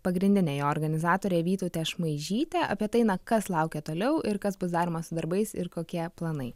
pagrindinę jo organizatorę vytautę šmaižytę apie tai na kas laukia toliau ir kas bus daroma su darbais ir kokie planai